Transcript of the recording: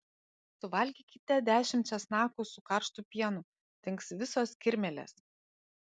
suvalgykite dešimt česnakų su karštu pienu dings visos kirmėlės